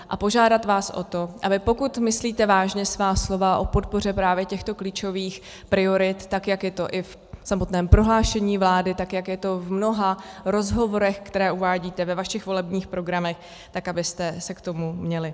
A požádám vás o to, aby, pokud myslíte vážně svá slova o podpoře právě těchto klíčových priorit, tak jak je to i v samotném prohlášení vlády, tak jak je to v mnoha rozhovorech, které uvádíte ve vašich volebních programech, tak abyste se k tomu měli.